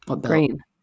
green